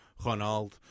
Ronaldo